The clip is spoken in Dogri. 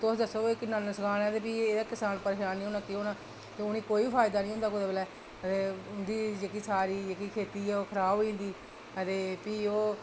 तुस दस्सो की किन्ना नुकसान ऐ ते भी किसान नै परेशान निं होना ते केह् होना ते उ'नेंगी कोई बी फायदा निं होंदा कुसै बेल्लै ते उं'दी जेह्की सारी खेती ऐ ओह् खराब होई जंदी ते भी ओह्